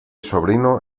sobrino